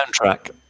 soundtrack